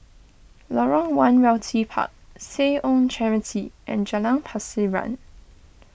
Lorong one Realty Park Seh Ong Charity and Jalan Pasiran